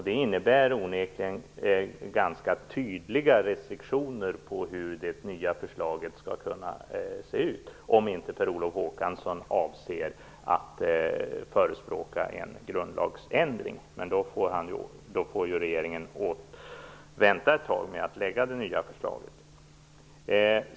Det innebär onekligen ganska tydliga restriktioner för hur det nya förslaget skall kunna se ut, om inte Per Olof Håkansson avser att förespråka en grundlagsändring. Men då får regeringen vänta ett tag med att lägga fram ett förslag.